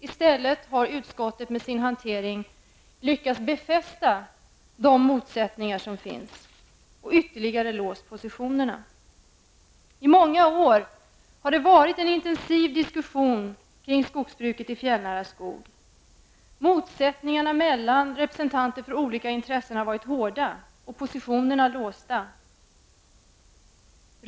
I stället har utskottet med sin hantering lyckats befästa de motsättningar som finns och ytterligare låst positionerna. I många år har det förts en intensiv diskussion kring skogsbruket i fjällnära skog. Motsättningarna mellan representanter för olika intressen har varit hårda och positionerna låsta.